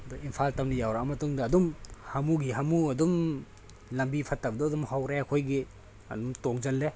ꯑꯗꯣ ꯏꯝꯐꯥꯜ ꯇꯝꯅ ꯌꯧꯔꯛꯑ ꯃꯇꯨꯡꯗ ꯑꯗꯨꯝ ꯍꯥꯃꯨꯒꯤ ꯍꯥꯃꯨ ꯑꯗꯨꯝ ꯂꯝꯕꯤ ꯐꯠꯇꯕꯗꯣ ꯑꯗꯨꯝ ꯍꯧꯔꯦ ꯑꯩꯈꯣꯏꯒꯤ ꯑꯗꯨꯝ ꯇꯣꯡꯁꯜꯂꯦ